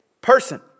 Person